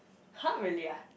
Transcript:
!huh! really ah